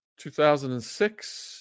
2006